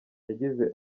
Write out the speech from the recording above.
yagize